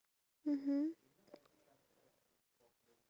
and I remember one of his videos